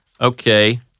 Okay